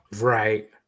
Right